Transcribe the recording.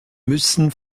müssen